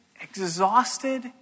exhausted